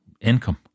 income